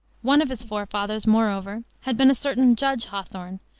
one of his forefathers, moreover, had been a certain judge hawthorne,